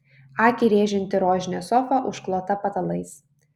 akį rėžianti rožinė sofa užklota patalais